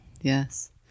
yes